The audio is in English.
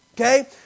Okay